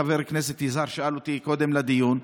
חבר כנסת יזהר שאל אותי קודם לדיון.